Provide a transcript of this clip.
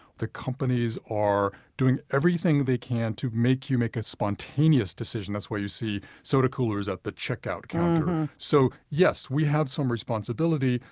the companies are doing everything they can to make you make a spontaneous decision. that's why you see soda coolers at the checkout counter so, yes, we have some responsibility,